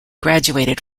graduated